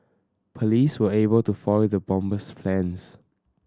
police were able to foil the bomber's plans